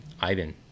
Ivan